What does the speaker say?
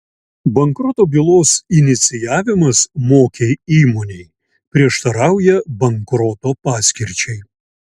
bankroto bylos inicijavimas mokiai įmonei prieštarauja bankroto paskirčiai